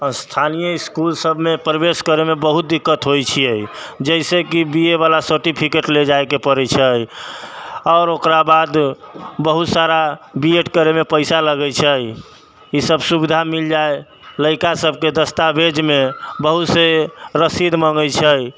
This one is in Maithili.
स्थानीय इसकुलसबमे प्रवेश करैमे बहुत दिक्कत होइ छै जइसे कि बी ए वला सर्टिफिकेट लऽ जाइके पड़ै छै आओर ओकरा बाद बहुत सारा बी एड करैमे पइसा लगै छै ईसब सुविधा मिलि जाइ लइकासबके दस्तावेजमे बहुत रसीद माँगै छै